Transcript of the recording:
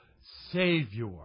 Savior